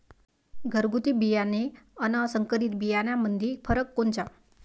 घरगुती बियाणे अन संकरीत बियाणामंदी फरक कोनचा?